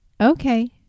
okay